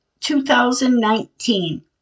2019